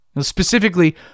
specifically